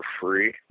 free